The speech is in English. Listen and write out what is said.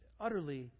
utterly